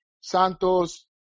Santos